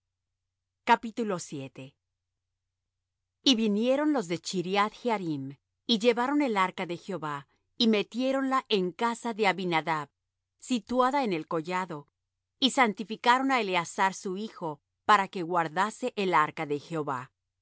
vosotros y vinieron los de chriath jearim y llevaron el arca de jehová y metiéronla en casa de abinadab situada en el collado y santificaron á eleazar su hijo para que guardase el arca de jehová